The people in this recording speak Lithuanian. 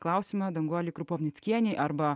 klausimą danguolė krupovnickienė arba